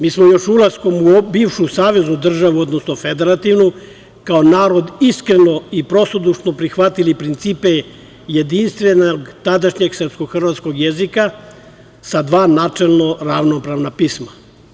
Mi smo još ulaskom u bivšu saveznu državu, odnosno federativnu, kao narod iskreno i prostodušno prihvatili principe jedinstvenog tadašnjeg srpsko-hrvatskog jezika sa dva načelno ravnopravna pisma.